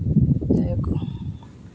ᱡᱟᱦᱟᱸᱭ ᱠᱚ